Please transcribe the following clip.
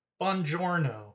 Buongiorno